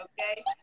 Okay